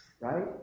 right